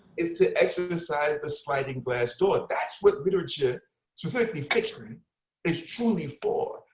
it's to exercise the sliding glass door. that's what literature specifically fiction is truly for.